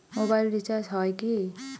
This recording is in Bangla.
মোবাইল রিচার্জ হয় কি?